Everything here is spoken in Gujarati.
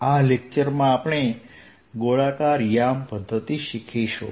આ લેક્ચરમાં આપણે ગોળાકાર યામ પદ્ધતિ શીખીશું